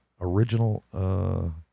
Original